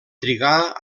trigar